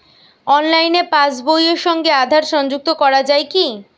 অনলাইনে পাশ বইয়ের সঙ্গে আধার সংযুক্তি করা যায় কি?